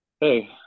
Hey